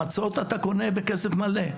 מצות אתה קונה בכסף מלא,